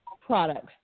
products